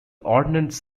ordnance